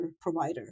provider